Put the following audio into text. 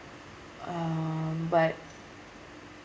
um but